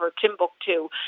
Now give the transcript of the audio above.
Timbuktu